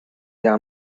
jahr